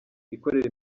ikorera